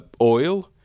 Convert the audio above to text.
oil